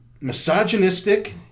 misogynistic